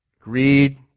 greed